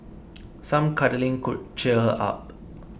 some cuddling could cheer her up